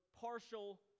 partial